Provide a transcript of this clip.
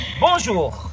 Bonjour